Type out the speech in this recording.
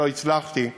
ולא הצלחתי,